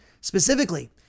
Specifically